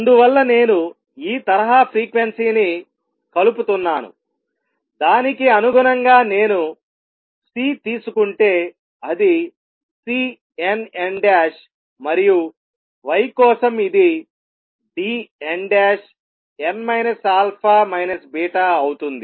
అందువల్ల నేను ఈ తరహా ఫ్రీక్వెన్సీని కలుపుతున్నాను దానికి అనుగుణంగా నేను C తీసుకుంటే అది Cnn మరియు y కోసం ఇది Dnn α β అవుతుంది